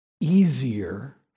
easier